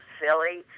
silly